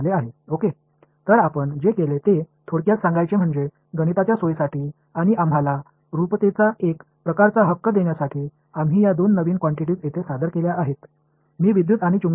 எனவே நாம் என்ன செய்தோம் என்பதைச் சுருக்கமாகக் கூறினாள் கணித வசதிக்காக இந்த இரண்டு புதிய அளவுகளையும் இங்கு அறிமுகப்படுத்தியுள்ளோம் மேலும் நமக்கு ஒரு வகையான சமச்சீர் வழங்குவதும் ஆகும்